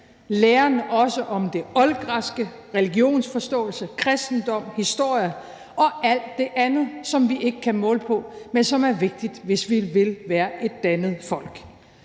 læren også om det oldgræske, religionsforståelse, kristendom, historie og alt det andet, som vi ikke kan måle på, men som er vigtigt, hvis vi vil være et dannet folk.